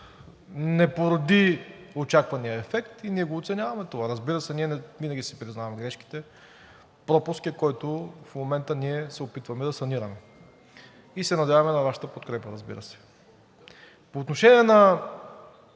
не породи очаквания ефект и ние оценяваме това. Разбира се, винаги си признаваме грешките. Пропуск е, който в момента се опитваме да санираме, и се надяваме на Вашата подкрепа, разбира се. По отношение на